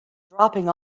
dropping